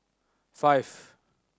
five